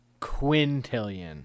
quintillion